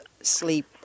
sleep